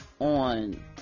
on